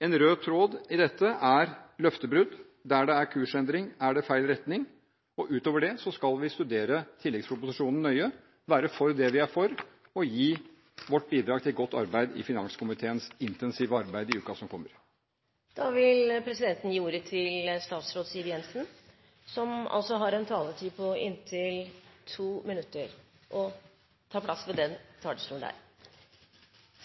En rød tråd i dette er løftebrudd. Der det er kursendring, er det i feil retning. Utover det skal vi studere tilleggsproposisjonen nøye og være for det vi er for, og gi vårt bidrag til godt arbeid i finanskomiteens intensive arbeid i uken som kommer. Takk for gode ord fra stortingsrepresentant Gahr Støre. Jeg